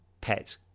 pet